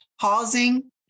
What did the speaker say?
pausing